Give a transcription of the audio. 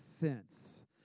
fence